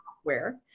software